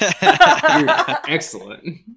Excellent